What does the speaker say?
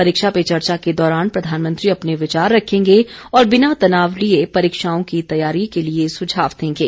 परीक्षा पे चर्चा के दौरान प्रधानमंत्री अपने विचार रखेंगे और बिना तनाव लिए परीक्षाओं की तैयारी के लिए सुझाव देंगे